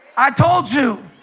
i told you